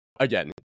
again